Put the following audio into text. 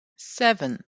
seven